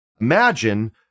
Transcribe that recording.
imagine